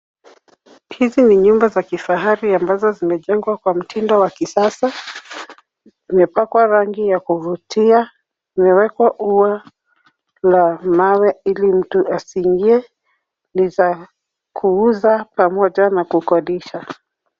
Hizi ni nyumba za kifahari ambazo zimejengwa kwa mtindo wa kisasa. Imepakwa rangi ya kuvutia. Umewekwa ua la mawe ili mtu asiingie. Ni za kuuza pamoja na kukodisha.